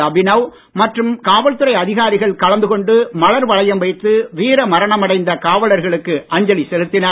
அபினவ் மற்றும் காவல் துறை அகதிகாரிகள் கலந்து கொண்டு மலர் வளையம் வைத்து வீர மரணம் அடைந்த காவலர்களுக்கு அஞ்சலி செலுத்தினார்